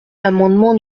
l’amendement